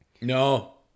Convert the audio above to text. No